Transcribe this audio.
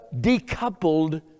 decoupled